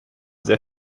sehr